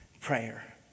prayer